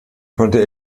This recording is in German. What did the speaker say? konnte